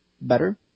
better